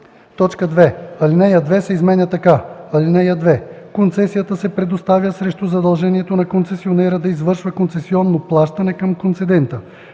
2. Алинея 2 се изменя така: „(2) Концесията се предоставя срещу задължението на концесионера да извършва концесионно плащане към концедента,